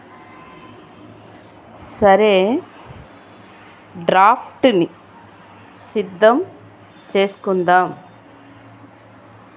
సరే డ్రాఫ్ట్ని సిద్ధం చేసుకుందాం